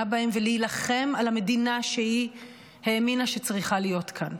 בהם ולהילחם על המדינה שהיא האמינה שצריכה להיות כאן.